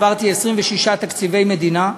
עברתי 26 תקציבי מדינה,